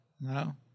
no